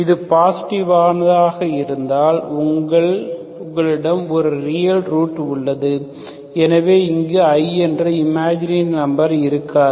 இது பாசிட்டிவானதாக இருந்தால் உங்களிடம் ஒரு ரியல் ரூட் உள்ளது எனவே இங்கு i என்ற இமாஜினரி நம்பர் இருக்காது